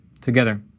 together